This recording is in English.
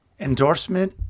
Endorsement